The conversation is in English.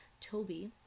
Toby